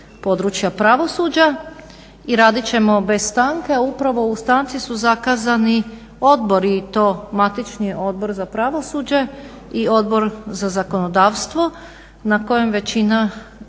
i radit ćemo bez stanke, a upravo u stanci su zakazani odbori i to matični Odbor za pravosuđe i Odbor za zakonodavstvo na kojem većina,